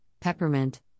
peppermint